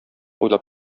уйлап